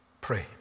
pray